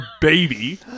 baby